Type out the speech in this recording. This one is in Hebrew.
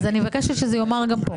אז אני מבקשת שזה ייאמר גם פה.